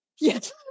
Yes